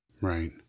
Right